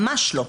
ממש לא.